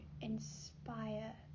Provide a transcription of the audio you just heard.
inspire